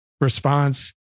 response